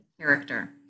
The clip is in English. character